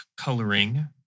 coloring